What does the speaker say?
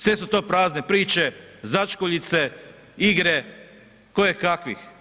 Sve su to prazne priče, začkuljice, igre, koje kakvih.